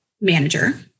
manager